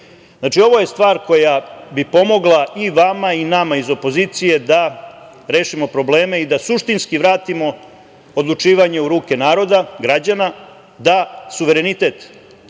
ovo je stvar koja bi pomogla i vama i nama iz opozicije da rešimo probleme i da suštinski vratimo odlučivanje u ruke naroda, građana, da suverenitet